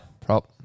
Prop